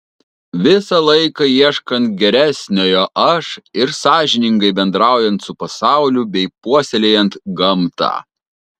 visą laiką ieškant geresniojo aš ir sąžiningai bendraujant su pasauliu bei puoselėjant gamtą